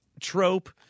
trope